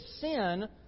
sin